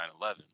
9/11